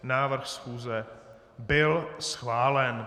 Návrh schůze byl schválen.